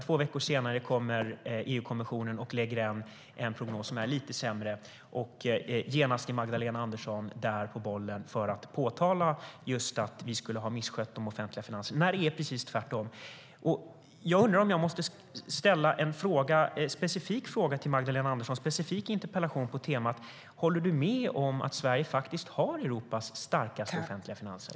Två veckor senare kommer EU-kommissionen och lägger fram en prognos som är lite sämre. Genast är Magdalena Andersson på bollen för att framhålla att vi skulle ha misskött de offentliga finanserna när det egentligen är precis tvärtom. Jag undrar om jag måste ställa en specifik fråga till Magdalena Andersson - en specifik interpellation - på detta tema. Håller du med om att Sverige faktiskt har Europas starkaste offentliga finanser?